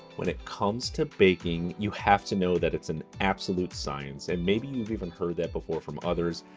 when it comes to baking, you have to know that it's an absolute science. and maybe you've even heard that before from others.